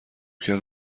کرد